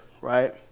right